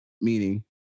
Meaning